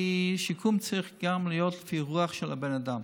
שיקום צריך גם להיות לפי הרוח של הבן אדם,